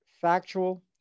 factual